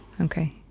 okay